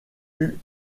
eut